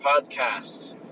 podcast